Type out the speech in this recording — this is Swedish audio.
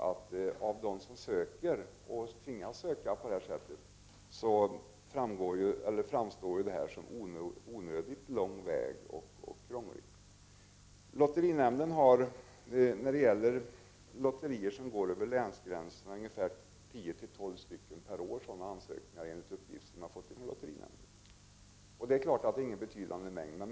För dem som söker, och tvingas söka, tillstånd på det här sättet framstår det som en onödigt lång väg och som krångligt. Enligt uppgift som jag har fått från lotterinämnden, rör det sig om 10-12 ansökningar per år som gäller lotterier över länsgränser. Det är naturligtvis ingen betydande mängd.